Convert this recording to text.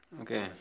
Okay